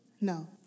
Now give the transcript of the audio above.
No